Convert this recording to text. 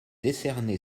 décerné